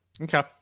Okay